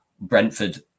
Brentford